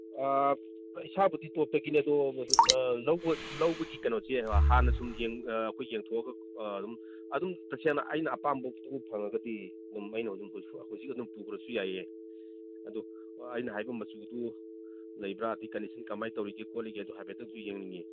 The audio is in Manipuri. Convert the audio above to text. ꯏꯁꯥꯕꯨꯗꯤ ꯇꯣꯞꯇꯒꯤꯅꯦ ꯑꯗꯨ ꯂꯧꯕꯒꯤ ꯀꯩꯅꯣꯁꯤ ꯍꯥꯟꯅ ꯁꯨꯝ ꯌꯦꯡꯊꯣꯛꯑꯒ ꯑꯗꯨꯝ ꯇꯁꯦꯡꯅ ꯑꯩꯅ ꯑꯄꯥꯝꯕ ꯄꯣꯠꯄꯨ ꯐꯪꯉꯒꯗꯤ ꯑꯩꯅ ꯑꯗꯨꯝ ꯍꯧꯖꯤꯛ ꯑꯗꯨꯝ ꯄꯨꯈ꯭ꯔꯁꯨ ꯌꯥꯏꯌꯦ ꯑꯗꯨ ꯑꯩꯅ ꯍꯥꯏꯕ ꯃꯆꯨꯗꯨ ꯂꯩꯕ꯭ꯔꯥ ꯑꯗꯩ ꯀꯟꯗꯤꯁꯟ ꯀꯃꯥꯏ ꯇꯧꯔꯤꯒꯦ ꯈꯣꯠꯂꯤꯒꯦꯗꯨ ꯍꯥꯏꯐꯦꯠꯇꯪꯁꯨ ꯌꯦꯡꯅꯤꯡꯏ